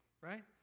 right